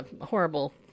horrible